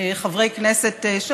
מחברי כנסת,